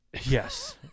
Yes